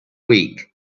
week